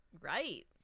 Right